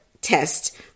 test